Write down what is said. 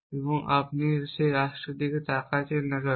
এবং আপনি যে রাষ্ট্রের দিকে তাকাচ্ছেন না কেন